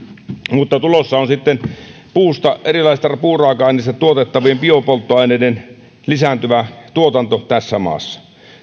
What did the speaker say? mutta tulossa on sitten erilaisista puuraaka aineista tuotettavien biopolttoaineiden lisääntyvä tuotanto tässä maassa